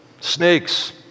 snakes